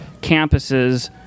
campuses